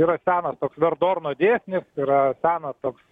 yra senas toks verdorno dėsnis nes yra senas toks